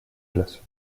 place